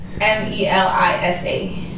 M-E-L-I-S-A